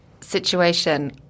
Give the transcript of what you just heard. situation